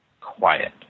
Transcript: quiet